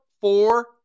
four